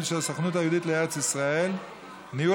ושל הסוכנות היהודית לארץ ישראל (תיקון,